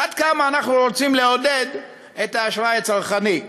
עד כמה אנחנו רוצים לעודד את האשראי הצרכני.